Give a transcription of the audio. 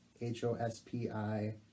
H-O-S-P-I